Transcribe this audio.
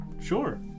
sure